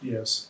Yes